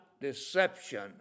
deception